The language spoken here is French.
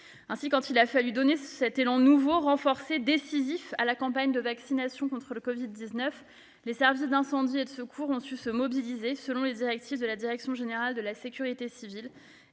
Ainsi, quand il a fallu donner un élan nouveau, renforcé, décisif à la campagne de vaccination contre le covid-19, les services d'incendie et de secours ont su se mobiliser selon les directives de la direction générale de la sécurité civile